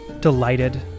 delighted